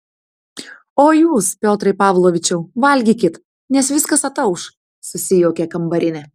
o jūs piotrai pavlovičiau valgykit nes viskas atauš susijuokė kambarinė